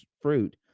fruit